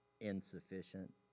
insufficient